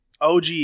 OG